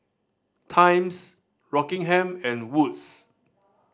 Times Rockingham and Wood's